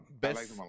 Best